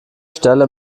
stelle